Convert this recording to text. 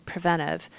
preventive